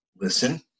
listen